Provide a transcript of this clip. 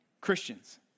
Christians